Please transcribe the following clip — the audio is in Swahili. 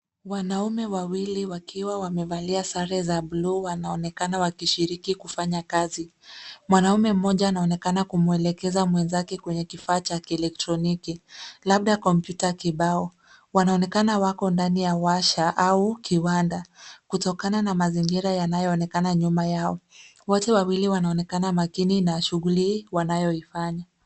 Wanaume wawili wakiwa wamevalia sare za buluu wanaonekana wakishiriki kifanya kazi. Mwanaume mmoja anaonekana kumwelekeza mwenzake kwenye kifaa cha kielektroniki labda kompyuta kibao. Wanaonekana wako ndani ya washa au kiwanda, kutokana na mzingira yanayoonekana nyuma. Wote wawili wanaonekana makini na shughuli wanaoifanya.